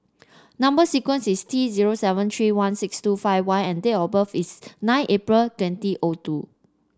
number sequence is T zero seven three one six two five Y and date of birth is nine April twenty O two